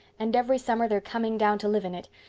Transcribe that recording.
and every summer they're coming down to live in it.